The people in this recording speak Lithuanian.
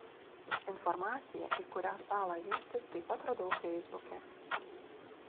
informaciją į kurią salą vykti taip pat radau feisbuke